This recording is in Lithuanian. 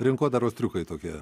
rinkodaros triukai tokie